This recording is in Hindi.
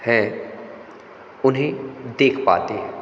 हैं उन्हें देख पाते हैं